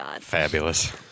fabulous